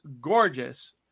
gorgeous